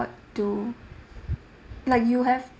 to like you have